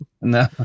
No